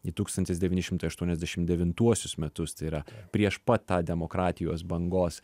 į tūkstantis devyni šimtai aštuoniasdešim devintuosius metus tai yra prieš pat tą demokratijos bangos